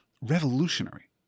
revolutionary